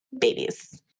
Babies